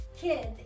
Kids